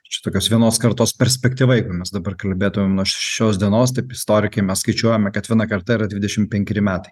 čia tokios vienos kartos perspektyva jeigu mes dabar kalbėtumėm nuo šios dienos taip istorikai mes skaičiuojame kad viena karta yra dvidešim penkeri metai